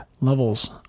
levels